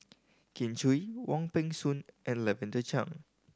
Kin Chui Wong Peng Soon and Lavender Chang